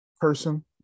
Person